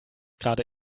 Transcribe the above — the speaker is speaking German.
gerade